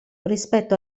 rispetto